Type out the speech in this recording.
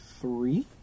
three